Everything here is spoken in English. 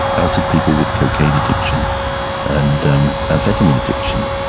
as did people with cocaine addiction and um amphetamine addiction.